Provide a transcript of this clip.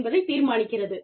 என்பதைத் தீர்மானிக்கிறது